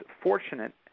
fortunate